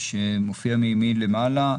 שמופיע מימין למעלה,